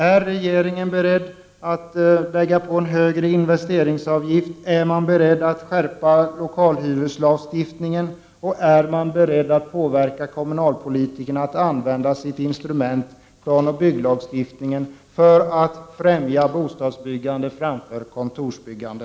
Är regeringen beredd att lägga på en högre investeringsavgift, att skärpa lokalhyreslagstiftningen och att påverka kommunalpolitikerna att använda planoch bygglagstiftningen för att främja bostadsbyggande framför kontorsbyggande?